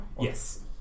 yes